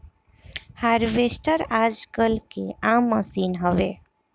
harvester आजकल के आम मसीन हवे